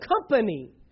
company